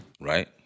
Right